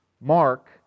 Mark